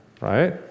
right